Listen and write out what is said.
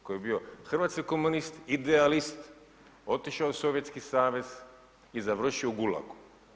Koji je bio hrvatski komunist, idealist, otišao je u Sovjetski savez i završio u gulagu.